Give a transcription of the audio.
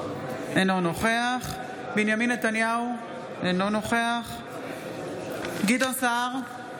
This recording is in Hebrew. אינו נוכח בנימין נתניהו, אינו נוכח גדעון סער,